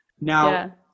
Now